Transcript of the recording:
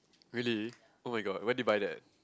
really oh-my-god when did you buy that